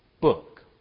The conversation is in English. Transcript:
book